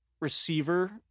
receiver